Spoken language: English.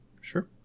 Sure